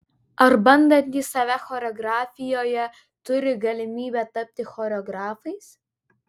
ar bandantys save choreografijoje turi galimybę tapti choreografais